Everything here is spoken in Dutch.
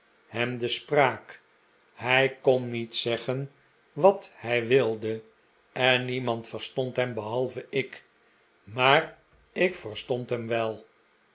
hem de spraak hij kon niet zeggen wat hij wilde en niemand verstond hem behalve ik maar ik verstond hem wel